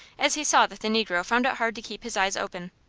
as he saw that the negro found it hard to keep his eyes open.